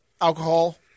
alcohol